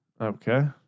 Okay